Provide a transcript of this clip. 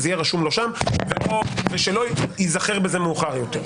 שזה יהיה רשום לו שם ושלא ייזכר בזה מאוחר יותר.